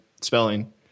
spelling